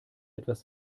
etwas